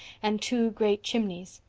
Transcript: and two great chimneys.